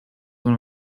one